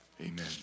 amen